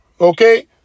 Okay